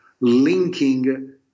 linking